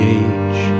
age